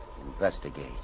Investigate